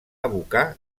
abocar